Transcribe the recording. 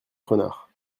renards